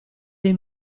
dei